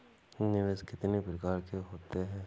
निवेश कितनी प्रकार के होते हैं?